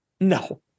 No